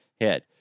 head